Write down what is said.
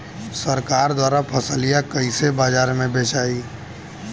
सरकार द्वारा फसलिया कईसे बाजार में बेचाई?